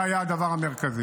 זה היה הדבר המרכזי.